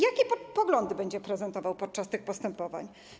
Jakie poglądy będzie prezentował podczas tych postępowań?